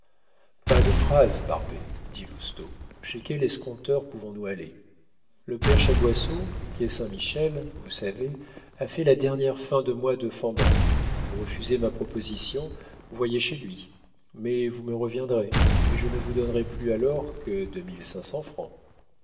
pas de phrases barbet dit lousteau chez quel escompteur pouvons-nous aller le père chaboisseau quai saint-michel vous savez a fait la dernière fin de mois de fendant si vous refusez ma proposition voyez chez lui mais vous me reviendrez et je ne vous donnerai plus alors que deux